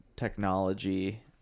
technology